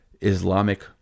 Islamic